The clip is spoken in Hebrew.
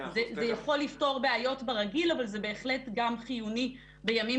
זה יכול לפתור בעיות ברגיל אבל זה בהחלט גם חיוני בימים